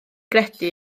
gredu